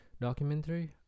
documentary